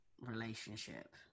relationship